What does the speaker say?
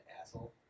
asshole